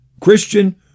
Christian